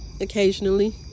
Occasionally